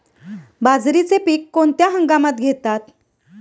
बाजरीचे पीक कोणत्या हंगामात घेतात?